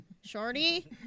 shorty